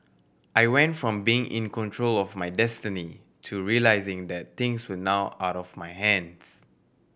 I went from being in control of my destiny to realising that things were now out of my hands